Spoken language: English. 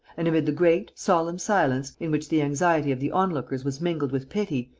and, amid the great, solemn silence, in which the anxiety of the onlookers was mingled with pity,